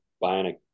buying